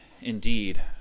indeed